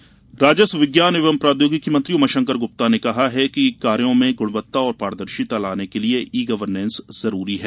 उत्कृष्टता पुरस्कार राजस्व विज्ञान एवं प्रौद्योगिकी मंत्री उमाशंकर गुप्ता ने कहा है कि कार्यों में गुणवत्ता और पारदर्शिता लाने के लिये ई गवर्नेस जरूरी है